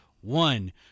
one